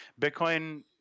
Bitcoin